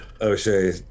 O'Shea